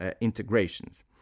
integrations